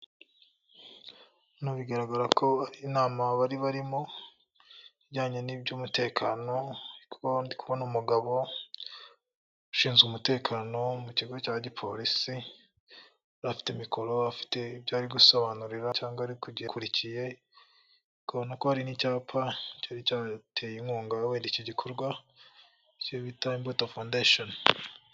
Inama bari barimo bijyanye n'iby'umutekano harimo umugabo ushinzwe umutekano mu kigo cya gipolisi, yari afite mikoro afite ibyo ari gusobanurira cyangwa ariko gikurikiye konkoli n'icyapa cyari cyateye inkunga wenda iki gikorwa bita imbuto fondesheni.